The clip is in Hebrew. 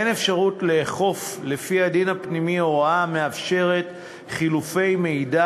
אין אפשרות לאכוף לפי הדין הפנימי הוראה המאפשרת חילופי מידע